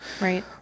Right